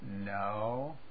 No